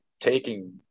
taking